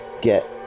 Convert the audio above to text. get